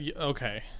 Okay